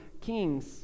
kings